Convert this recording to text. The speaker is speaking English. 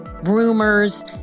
rumors